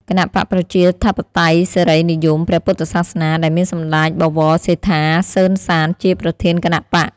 គណបក្សប្រជាធិបតេយ្យសេរីនិយម ព្រះពុទ្ធសាសនា ដែលមានសម្តេចបវរសេដ្ឋា សឺន សាន ជាប្រធានគណបក្ស។